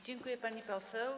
Dziękuję, pani poseł.